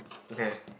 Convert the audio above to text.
okay